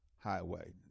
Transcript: highway